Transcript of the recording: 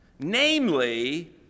Namely